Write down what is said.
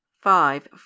five